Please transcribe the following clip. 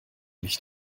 nicht